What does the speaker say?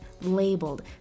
labeled